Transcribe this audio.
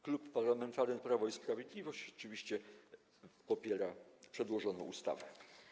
Klub Parlamentarny Prawo i Sprawiedliwość oczywiście popiera przedłożoną ustawę.